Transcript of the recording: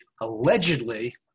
Allegedly